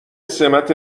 سمت